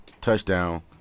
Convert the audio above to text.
touchdown